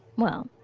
well,